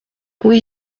oui